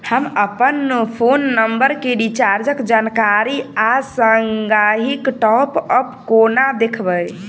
हम अप्पन phone number केँ रिचार्जक जानकारी आ संगहि टॉप अप कोना देखबै?